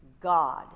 God